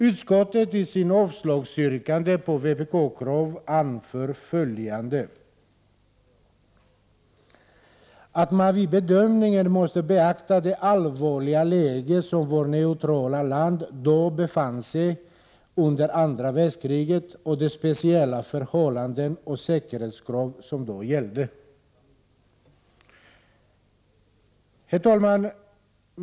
Utskottet anför i sitt yrkande om avslag på vpk:s krav ”att man vid bedömningen av förslaget måste beakta det allvarliga läge vårt neutrala land befann sig i under andra världskriget och de speciella förhållanden och säkerhetskrav som då gällde”. Herr talman!